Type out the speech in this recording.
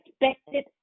expected